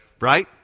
Right